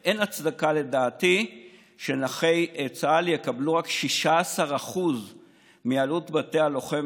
אבל אין הצדקה לדעתי שנכי צה"ל יקבלו רק 16% מעלות בתי הלוחם